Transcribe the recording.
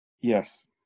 Yes